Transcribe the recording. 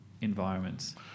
environments